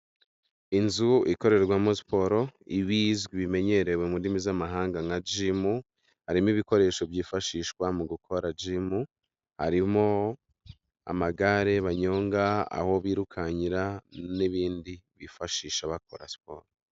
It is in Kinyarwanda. Inzu ikorerwamo siporo ibizwi bimenyerewe mu ndimi z'amahanga nka gimu, harimo ibikoresho byifashishwa mu gukora gimu harimo amagare banyonga aho birukankira n'ibindi bifashisha bakora siporo.